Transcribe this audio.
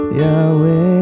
Yahweh